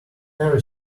never